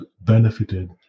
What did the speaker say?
benefited